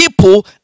people